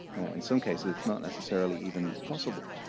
and some cases, it's not necessarily even possible,